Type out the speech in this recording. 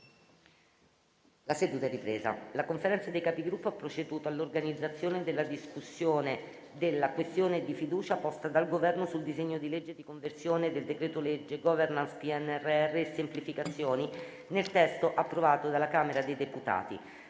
una nuova finestra"). La Conferenza dei Capigruppo ha proceduto all'organizzazione dei lavori sulla questione di fiducia posta dal Governo sul disegno di legge di conversione del decreto-legge recante *governance* del PNRR e semplificazioni, nel testo approvato dalla Camera dei deputati.